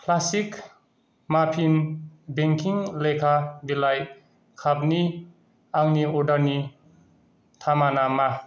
classic muffin baking लेखा बिलाइ कापनि आंनि अर्डारनि थामाना मा